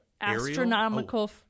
astronomical